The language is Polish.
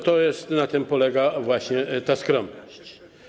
I to jest, na tym polega właśnie, ta skromność.